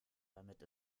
damit